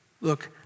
Look